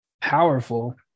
powerful